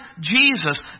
Jesus